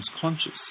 conscious